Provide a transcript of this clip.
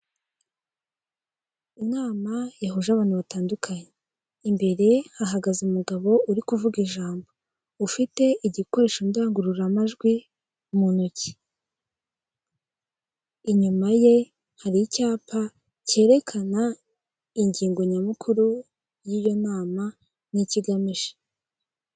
Inama yahuje abantu batandukanye, imbere hahagaze umugabo uri kuvuga ijambo ufite igikoresho ndangururamajwi mu ntoki, inyuma ye hari icyapa cyerekana ingingo nyamukuru y'iyo nama n'icyo igamije.